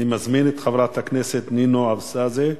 אני מזמין את חברת הכנסת נינו אבסדזה.